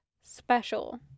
special